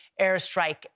airstrike